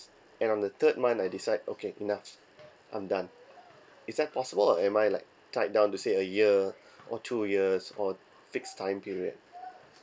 and on the third month I decide okay enough I'm done is that possible or am I like tied down to say a year or two years or fixed time period